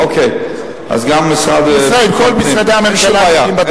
כל משרדי הממשלה הנוגעים בדבר.